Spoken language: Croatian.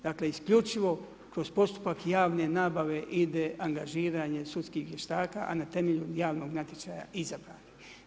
Dakle isključivo kroz postupak javne nabave ide angažiranje sudskih vještaka a na temelju javnog natječaja je izabran.